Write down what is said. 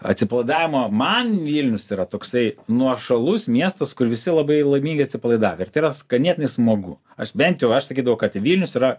atsipalaidavimo man vilnius yra toksai nuošalus miestas kur visi labai laimingi atsipalaidavę ir tai yra ganėtinai smagu aš bent jau aš sakydavau kad vilnius yra